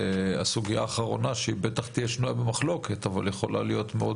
הסוגיה האחרונה שהעלית תהיה שנויה במחלוקת מן הסתם אבל היא משמעותית.